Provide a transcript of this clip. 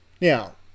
Now